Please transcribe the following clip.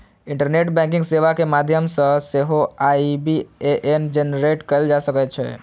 internet banking सेवा के माध्यम सं सेहो आई.बी.ए.एन जेनरेट कैल जा सकै छै